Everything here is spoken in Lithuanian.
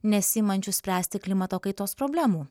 nesiimančius spręsti klimato kaitos problemų